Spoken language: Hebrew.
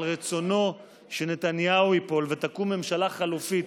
רצונו שנתניהו ייפול ותקום ממשלה חלופית.